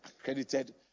accredited